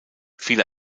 viele